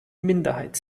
minderheit